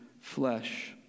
flesh